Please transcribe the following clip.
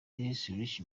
rich